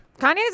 Kanye's